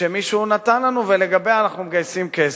שמישהו נתן לנו, ולגביה אנחנו מגייסים כסף.